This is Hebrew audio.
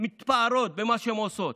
מתפארות במה שהן עושות,